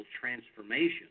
transformation